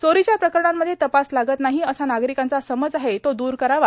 चोरीच्या प्रकरणांमध्ये तपास लागत नाही असा नागरिकांचा समज आहे तो दूर करावा